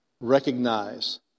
recognize